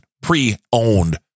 pre-owned